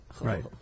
Right